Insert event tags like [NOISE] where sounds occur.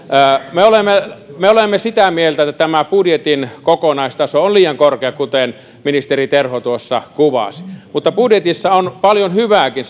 me olemme me olemme sitä mieltä että tämä budjetin kokonaistaso on liian korkea kuten ministeri terho tuossa kuvasi mutta budjetissa on paljon hyvääkin [UNINTELLIGIBLE]